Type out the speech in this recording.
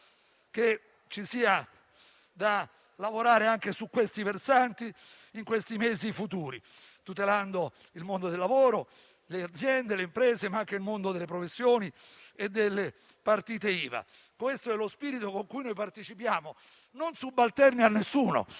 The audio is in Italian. ci sia da lavorare anche su questi versanti, tutelando il mondo del lavoro, le aziende, le imprese, ma anche il mondo delle professioni e delle partite IVA. Questo è lo spirito con cui noi partecipiamo - senza essere subalterni a nessuno,